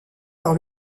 par